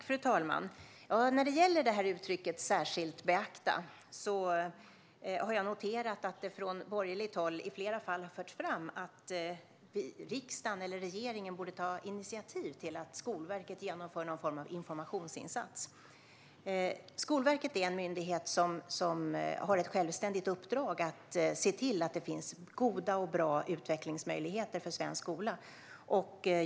Fru talman! När det gäller uttrycket "särskilt beakta" har jag noterat att det från borgerligt håll i flera fall har förts fram att riksdagen eller regeringen borde ta initiativ till att Skolverket genomför någon form av informationsinsats. Skolverket är en myndighet som har ett självständigt uppdrag att se till att det finns goda och bra utvecklingsmöjligheter för svensk skola.